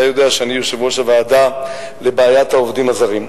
אתה יודע שאני יושב-ראש הוועדה לבעיית העובדים הזרים,